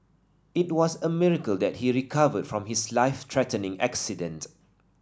it was a miracle that he recovered from his life threatening accident